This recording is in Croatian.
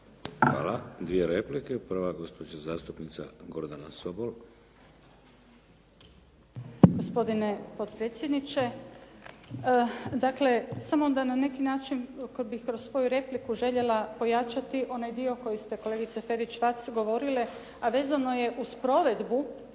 Hvala. Dvije replike. Prva, gospođa zastupnica Gordana Sobol. **Sobol, Gordana (SDP)** Gospodine potpredsjedniče, dakle samo da na neki način bih svoju repliku željela pojačati onaj dio koji ste kolegice Ferić-Vac govorili a vezano je uz provedbu